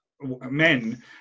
men